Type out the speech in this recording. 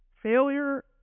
failure